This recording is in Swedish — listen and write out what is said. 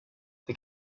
det